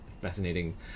fascinating